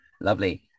Lovely